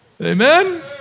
Amen